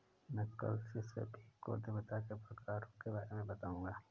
मैं कल से सभी को उद्यमिता के प्रकारों के बारे में बताऊँगा